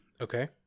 Okay